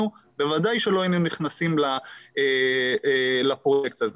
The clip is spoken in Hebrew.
בוודאי שלא היינו נכנסים לפרויקט הזה.